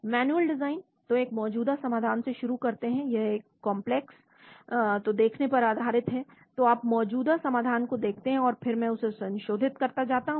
manual design तो एक मौजूदा समाधान से शुरू करते हैं यह एक कॉन्प्लेक्स तो देखने पर आधारित है तो आप मौजूदा समाधान को देखते हैं और फिर मैं उसे संशोधित करता जाता हूं